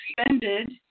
suspended